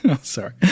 Sorry